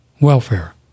welfare